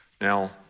Now